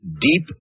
Deep